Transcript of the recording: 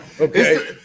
okay